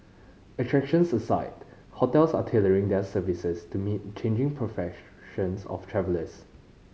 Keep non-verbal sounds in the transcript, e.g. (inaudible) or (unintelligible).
attractions aside hotels are tailoring their services to meet changing (unintelligible) of travellers